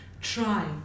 try